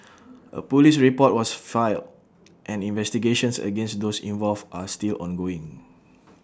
A Police report was filed and investigations against those involved are still ongoing